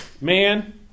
man